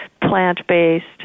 plant-based